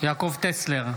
יעקב טסלר,